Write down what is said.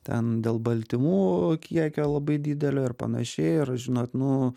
ten dėl baltymų kiekio labai didelio ir panašiai ir žinot nu